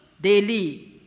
daily